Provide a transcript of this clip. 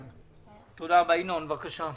ינון, בבקשה.